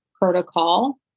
protocol